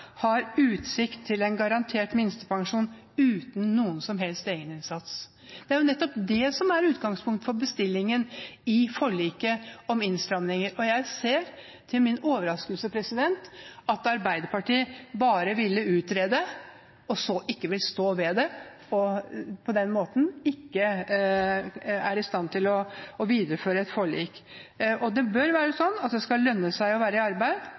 har utsikt til en garantert minstepensjon uten noen som helst egeninnsats. Det er nettopp det som er utgangspunktet for bestillingen i forliket om innstramminger. Jeg ser til min overraskelse at Arbeiderpartiet bare ville utrede og så ikke vil stå ved det, og er på den måten ikke i stand til å videreføre et forlik. Det bør være sånn at det skal lønne seg å være i arbeid